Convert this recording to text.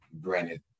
Granted